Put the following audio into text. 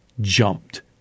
jumped